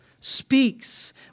speaks